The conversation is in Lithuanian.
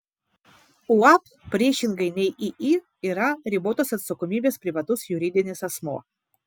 uab priešingai nei iį yra ribotos atsakomybės privatus juridinis asmuo